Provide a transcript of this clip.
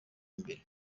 imbere